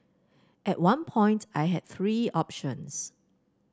at one point I had three options